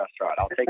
restaurant